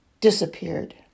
disappeared